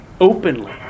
openly